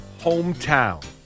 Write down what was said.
hometown